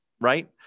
right